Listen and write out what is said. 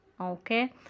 Okay